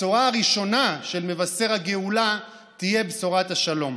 הבשורה הראשונה של מבשר הגאולה תהיה בשורת השלום.